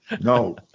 no